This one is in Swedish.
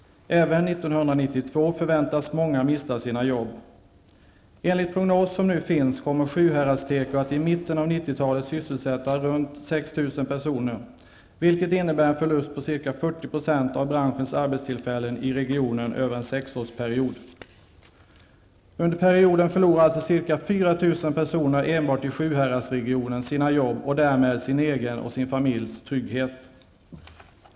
Även 1992 förväntas många mista sina jobb. Enligt de prognoser som nu finns kommer tekoindustrin i Sjuhäradsbygden att i mitten av 90-talet sysselsätta runt 6 000 personer, vilket innebär en förlust med ca 40 % av branschens arbetstillfällen i regionen över en 6-årsperiod. Under perioden förlorar alltså 4 000 personer enbart i Sjuhäradsregionen sina jobb och därmed sin egen och sin familjs trygghet.